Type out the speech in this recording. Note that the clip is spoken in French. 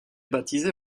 baptisé